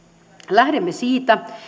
lähdemme siitä